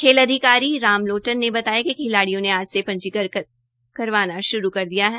खेल अधिकारी राम लोटन ने बताया कि खिलाड़ियों ने आज से पंजीकरण करवाना श्रू कर दिया है